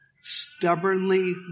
stubbornly